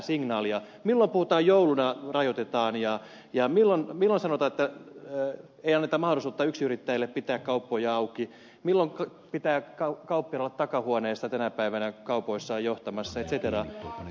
milloin puhutaan että jouluna rajoitetaan ja milloin sanotaan että ei anneta mahdollisuutta yksinyrittäjille pitää kauppoja auki milloin pitää kauppiaiden olla takahuoneessa tänä päivänä kaupoissaan johtamassa ja niin edelleen